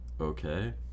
Okay